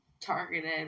Targeted